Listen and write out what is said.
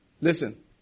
Listen